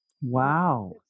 Wow